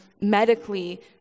medically